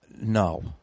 No